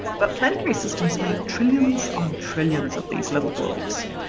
but planetary systems make trillions on trillions of these little worlds.